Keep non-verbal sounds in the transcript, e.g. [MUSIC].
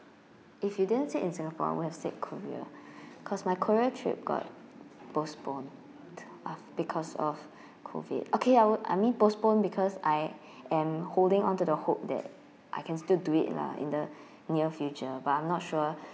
if you didn't say in singapore I would have said korea [BREATH] cause my korea trip got postponed uh because of [BREATH] COVID okay I would I mean postponed because I am holding onto the hope that I can still do it lah in the near future but I'm not sure [BREATH]